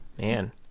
Man